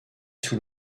sous